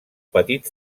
petit